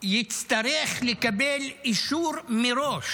יצטרך לקבל אישור מראש